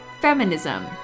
feminism